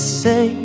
say